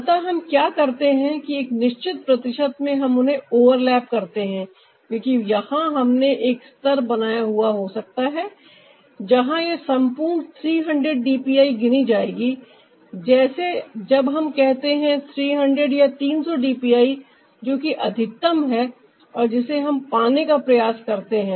अतः हम क्या करते हैं कि एक निश्चित प्रतिशत में हम उन्हें ओवरलैप करते हैं क्योंकि यहां हमने एक स्तर बनाया हुआ हो सकता है जहां यह संपूर्ण 300 डीपीआई गिनी जाएगी जैसे जब हम कहते हैं 300 डीपीआई जो कि अधिकतम है और जिसे हम पाने का प्रयास करते हैं